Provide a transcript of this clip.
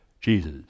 Jesus